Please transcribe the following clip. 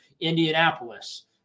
Indianapolis